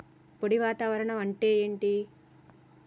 పొడి వాతావరణం అంటే ఏంది?